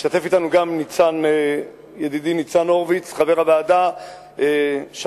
השתתף אתנו גם ידידי חבר הוועדה ניצן הורוביץ,